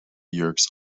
yerkes